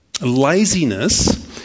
laziness